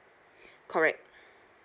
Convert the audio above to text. correct